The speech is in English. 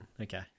Okay